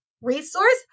resource